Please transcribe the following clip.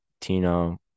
Tino